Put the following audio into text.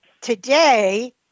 today